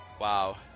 wow